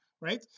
right